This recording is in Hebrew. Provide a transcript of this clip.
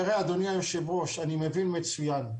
תראה אדוני היושב ראש, אני מבין מצויין.